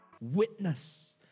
Witness